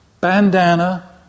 bandana